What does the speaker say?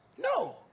No